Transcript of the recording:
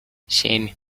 семь